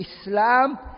Islam